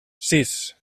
sis